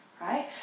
right